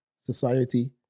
society